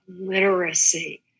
literacy